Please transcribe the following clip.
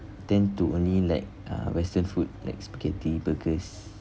tend to only like uh western food like spaghetti burgers